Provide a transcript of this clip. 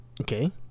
okay